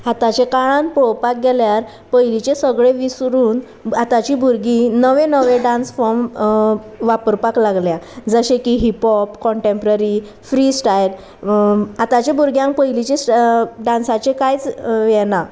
आतांच्या काळान पळोवपाक गेल्यार पयलींचे सगळें विसरून आतांची भुरगीं नवे नवे डांस फॉर्म वापरपाक लागल्या जशें की हिपहॉप कॉन्टेमप्ररी फ्री स्टायल आतांच्या भुरग्यांक पयलींचे डांसाचे कांयच हें ना